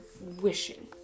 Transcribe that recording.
wishing